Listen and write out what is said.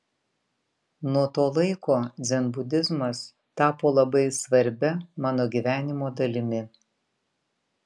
nuo to laiko dzenbudizmas tapo labai svarbia mano gyvenimo dalimi